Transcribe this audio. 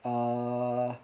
uh